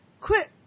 quit